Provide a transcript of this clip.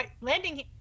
landing